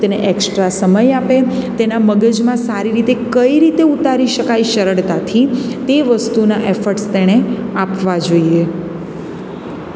તેને એક્સ્ટ્રા સમય આપે તેનાં મગજમાં સારી રીતે કઈ રીતે ઉતારી શકાય સરળતાથી તે વસ્તુના એફર્ટ્સ તેણે આપવા જોઈએ